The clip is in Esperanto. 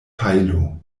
pajlo